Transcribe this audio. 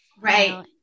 Right